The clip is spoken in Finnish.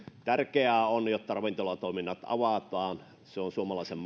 tärkeää on että ravintolatoiminnat avataan se on suomalaisen